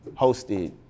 hosted